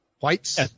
whites